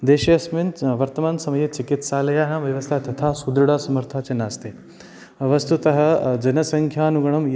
देशेऽस्मिन् वर्तमानसमये चिकित्सालयः व्यवस्था तथा सुदृढा समर्था च नास्ति वस्तुतः जनसंख्यानुगुणं या य